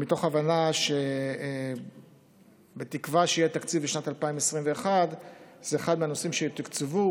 מתוך הבנה ובתקווה שיהיה תקציב בשנת 2021. זה אחד מהנושאים שיתוקצבו